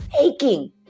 aching